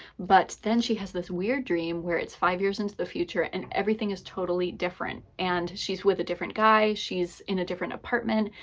but then, she has this weird dream where it's five years into the future, and everything is totally different. and she's with a different guy, she's in a different apartment.